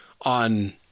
on